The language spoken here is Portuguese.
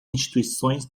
instituições